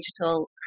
digital